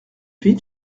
huit